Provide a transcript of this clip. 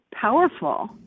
powerful